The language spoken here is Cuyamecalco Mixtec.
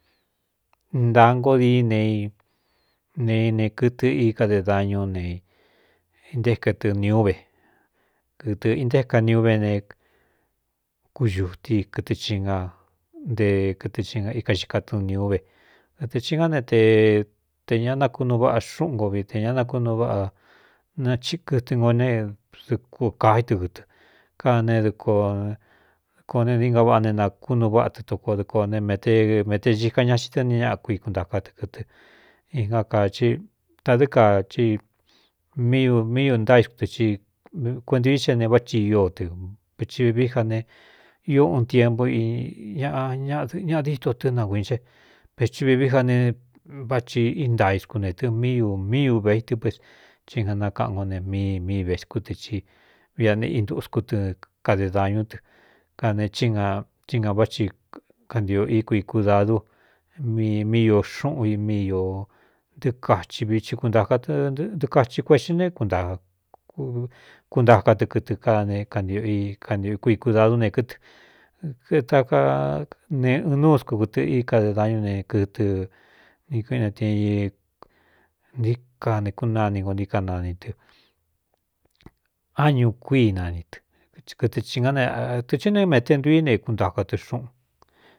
Intāa ngó dií ne i ne ne kɨtɨ í kade dañú nentékadɨni úve kɨtɨ intékaniúvé ne kuñuti kɨɨ i ña nte kɨtɨ ia ika xika tɨnni úve da te ci ngá ne te te ña nakunu váꞌa xúꞌun nko vi te ña naknu vꞌakɨtɨ ngo nedɨko kaí dɨ kɨtɨ ka ne dɨkoo ne dií nga váꞌa ne nakúnu váꞌa tɨ tokoo dɨ koo ne mete cika ña xi tɨ niñaꞌa kui kuntaka tɨ kɨtɨ ia kai tadɨ́ ka i mí ū ntais kutɨ i kuent i xe ne váꞌchi íó tɨ veti vevií ja ne ió uun tiempu iñꞌñaꞌa díto tɨ́ nakuin xe peti vivií ja ne váꞌchi intaiskune tɨ mí u míi ūveitɨ ps chínga nakaꞌan nkó ne mí míi vēskú tɨ i viꞌa neꞌintuskú dɨ kade dañú dɨ kane ci na váꞌci kantio i kui kūdadú míiū xúꞌun mí ntɨɨ kaxhi vii akaɨdɨkaxi kueꞌxi ne kuntaka tɨ kɨtɨ káne kantiꞌo kui kūdadú ne kɨtɨtaka ne ɨɨn núu sku kɨtɨ í kade dañú ne kɨtɨ n kuine tin ntíkanekúnani ngo ntíka nani tɨ áñu kuíinani tɨkɨtɨ ī ná etɨ hɨ naé mete ntuí í ne kuntaka tɨ xúꞌun.